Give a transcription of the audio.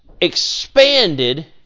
expanded